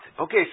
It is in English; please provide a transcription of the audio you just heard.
Okay